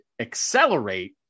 accelerate